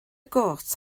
got